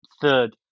Third